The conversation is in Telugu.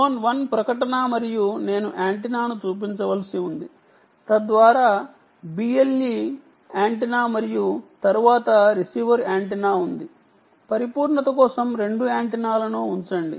ఫోన్ 1 ప్రకటన చేస్తుంది మరియు నేను యాంటెన్నాను చూపించవలసి ఉంది BLE యాంటెన్నా మరియు తరువాత రిసీవర్ యాంటెన్నా ఉంది పరిపూర్ణత కోసం రెండు యాంటెన్నాలను ఉంచండి